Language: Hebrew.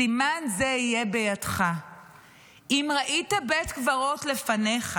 סימן זה יהיה בידך אם ראית בית קברות לפניך,